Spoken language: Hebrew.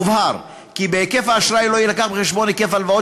הובהר כי בהיקף האשראי לא יובא בחשבון היקף ההלוואות